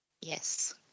Yes